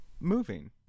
moving